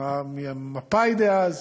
ממפא"י דאז,